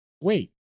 Wait